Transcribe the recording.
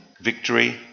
victory